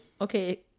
Okay